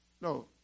No